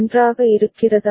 நன்றாக இருக்கிறதா